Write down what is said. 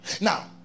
Now